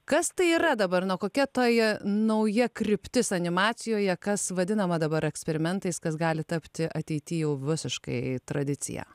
kas tai yra dabar na kokia toji nauja kryptis animacijoje kas vadinama dabar eksperimentais kas gali tapti ateity jau visiškai tradicija